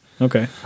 okay